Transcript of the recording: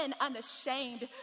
unashamed